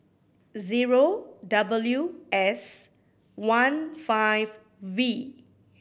zero W S one five V